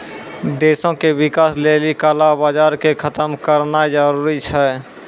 देशो के विकास लेली काला बजार के खतम करनाय जरूरी छै